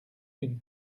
d’une